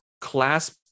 clasp